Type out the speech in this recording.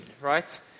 right